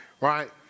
Right